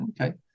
Okay